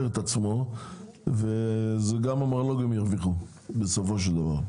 את עצמו ומזה גם המרלו"גים ירוויחו בסופו של דבר.